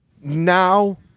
now